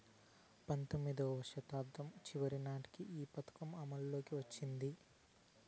పంతొమ్మిదివ శతాబ్దం చివరి నాటికి ఈ పథకం అమల్లోకి వచ్చింది